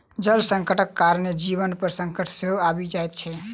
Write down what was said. जल संकटक कारणेँ जीवन पर संकट सेहो आबि जाइत छै